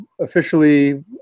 officially